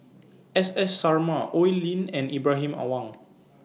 S S Sarma Oi Lin and Ibrahim Awang